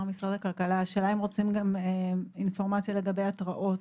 רוצים גם אינפורמציה לגבי התראות,